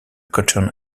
cotton